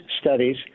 studies